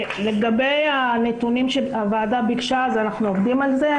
לגבי הנתונים שהוועדה ביקשה אנחנו עובדים על זה.